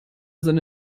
seine